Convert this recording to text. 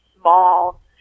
small